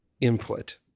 input